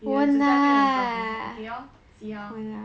你的指甲变很 brown okay lor see how